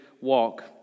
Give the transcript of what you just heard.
walk